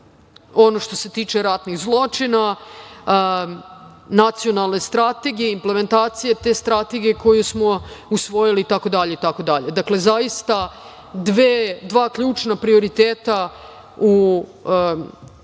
ono što se tiče ratnih zločina, nacionalne strategije, implementacije te strategije koju smo usvojili itd. Dakle, zaista dva ključna prioriteta u